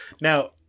now